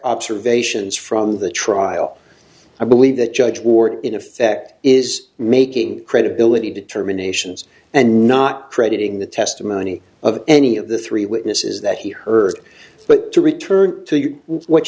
observations from the trial i believe that judge ward in effect is making credibility determinations and not crediting the testimony of any of the three witnesses that he heard but to return to